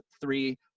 three